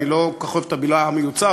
אני לא כל כך אוהב את המילה מיוצר,